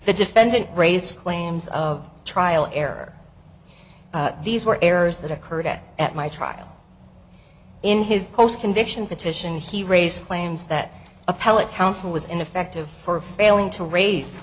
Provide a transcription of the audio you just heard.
the defendant raised claims of trial error these were errors that occurred at my trial in his post conviction petition he raised claims that appellate counsel was ineffective for failing to raise